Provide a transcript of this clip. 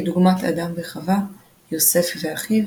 כדוגמת אדם וחוה, יוסף ואחיו,